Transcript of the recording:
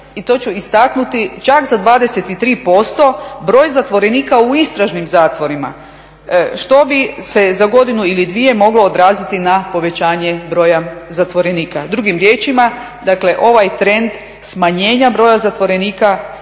i to ću istaknuti, čak za 23% broj zatvorenika u istražnim zatvorima što bi se za godinu ili dvije moglo odraziti na povećanje broja zatvorenika. Drugim riječima, dakle ovaj trend smanjenja broja zatvorenika